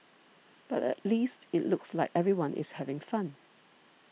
but at least it looks like everyone is having fun